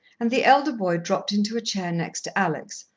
and the elder boy dropped into a chair next to alex,